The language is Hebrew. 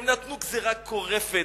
הם נתנו גזירה גורפת.